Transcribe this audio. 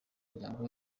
umuryango